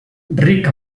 ric